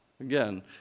Again